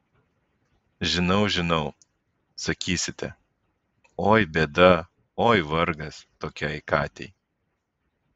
žinau žinau sakysite oi bėda oi vargas tokiai katei